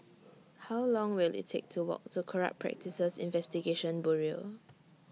How Long Will IT Take to Walk to Corrupt Practices Investigation Bureau